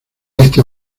este